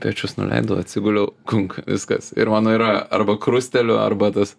pečius nuleidau atsiguliau kunk viskas ir mano yra arba krusteliu arba tas